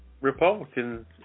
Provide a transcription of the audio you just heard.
Republicans